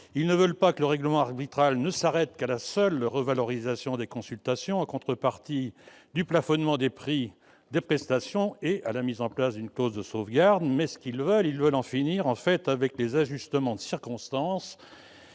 Ils ne veulent pas que le règlement arbitral s'arrête à la seule revalorisation des consultations, en contrepartie du plafonnement du prix des prestations et à la mise en place d'une clause de sauvegarde. Ils veulent en finir avec les ajustements de circonstance.